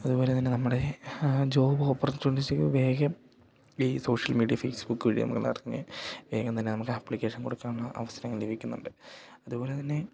അതുപോലെത്തന്നെ നമ്മുടെ job opportunity വേഗം ഈ സോഷ്യൽ മീഡിയ ഫേസ്ബുക്ക് വഴി നമ്മളറിഞ്ഞ് വേഗംതന്നെ നമുക്ക് ആപ്ലിക്കേഷൻ കൊടുക്കാനുള്ള അവസരങ്ങൾ ലഭിക്കുന്നുണ്ട് അതുപോലെത്തന്നെ